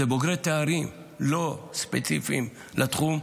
אלה בוגרי תארים לא ספציפיים לתחום,